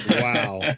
Wow